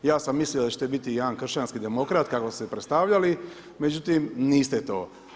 Ja sam mislio da ćete biti jedan kršćanski demokrat, kako ste se i predstavljali, međutim, niste to.